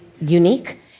unique